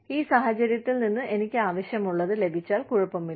ഈ സാഹചര്യത്തിൽ നിന്ന് എനിക്ക് ആവശ്യമുള്ളത് ലഭിച്ചാൽ കുഴപ്പമില്ല